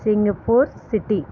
Singapore city